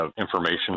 information